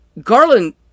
Garland